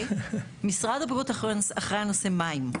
משרד הבריאות אחראי על נושא מים.